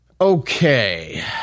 Okay